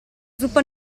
zuppa